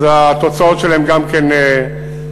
התוצאות שלהם גם כאן יפורסמו.